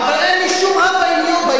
אין לי שום רע בהמנון.